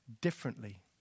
differently